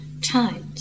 tight